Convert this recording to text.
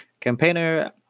campaigner